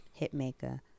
Hitmaker